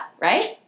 Right